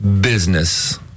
business